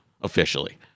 officially